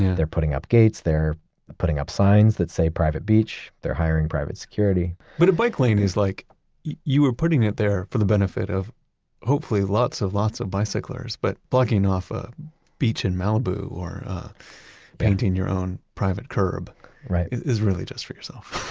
they're putting up gates. they're putting up signs that say private beach. they're hiring private security but a bike lane is like you were putting it there for the benefit of hopefully lots and lots of bicyclers. but blocking off a beach in malibu or painting your own private curb is really just for yourself